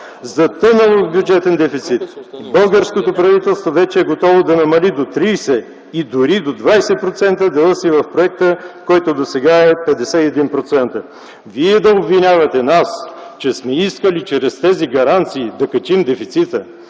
„Затънало в бюджетен дефицит, българското правителство вече е готово да намали до 30 и дори до 20% дела си в проекта, който досега е 51%”. И Вие да обвинявате нас, че сме искали чрез тези гаранции да качим дефицита,